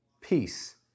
peace